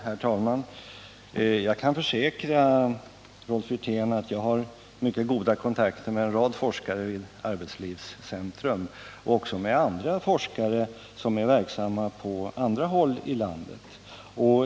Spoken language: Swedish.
Herr talman! Jag kan försäkra Rolf Wirtén att jag har mycket goda kontakter med en rad forskare vid arbetslivscentrum och även med forskare som är verksamma på andra håll i landet.